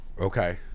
Okay